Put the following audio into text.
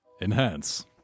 enhance